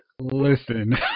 Listen